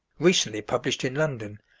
recently published in london,